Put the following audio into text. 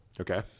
Okay